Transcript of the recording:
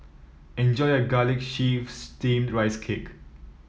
enjoy your Garlic Chives Steamed Rice Cake